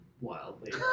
wildly